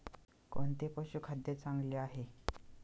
कोणते पशुखाद्य चांगले आहे?